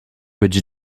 być